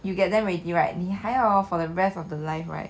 you get them already right 你还要 for the rest of their life right